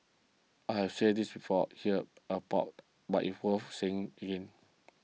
I have said this before here above but if worth saying again